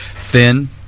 thin